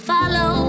Follow